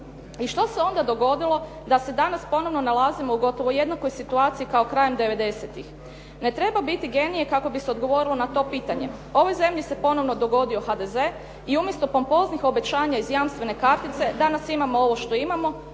I što se onda dogodilo da se danas ponovno nalazimo u gotovo jednakoj situaciji kao krajem devedesetih? Ne treba biti genije kako bi se odgovorilo na to pitanje. Ovoj zemlji se ponovno dogodio HDZ i umjesto pompoznih obećanja iz jamstvene kapice, danas imamo ovo što imamo,